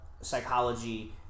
psychology